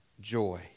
joy